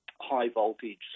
high-voltage